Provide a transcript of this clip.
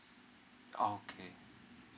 okay